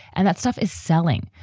and that stuff is selling.